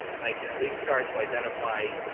i can at least start to identify,